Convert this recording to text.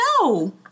No